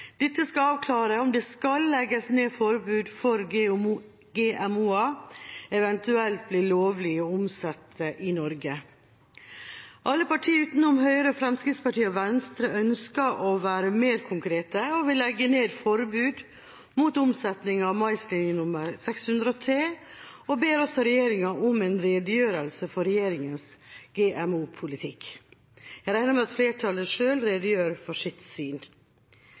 Dette skal avklare om det skal legges ned forbud mot GMO-er, eventuelt om det skal bli lovlig å omsette i Norge. Alle partier, utenom Høyre, Fremskrittspartiet og Venstre, ønsket å være mer konkrete og vil legge ned forbud mot omsetning av maislinje NK603 og ber også om en redegjørelse for regjeringas GMO-politikk. Jeg regner med at flertallet selv redegjør for sitt syn.